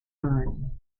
byrne